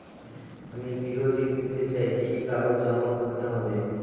আমি গৃহ ঋণ নিতে চাই কি কি কাগজ জমা করতে হবে?